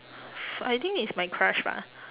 I think is my crush bah